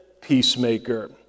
peacemaker